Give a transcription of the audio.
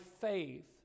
faith